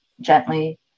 Gently